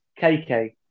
KK